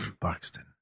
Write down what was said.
Buxton